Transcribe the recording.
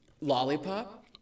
Lollipop